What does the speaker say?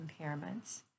impairments